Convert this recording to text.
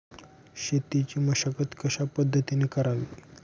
शेतीची मशागत कशापद्धतीने करावी?